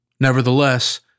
Nevertheless